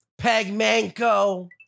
Pegmanco